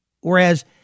whereas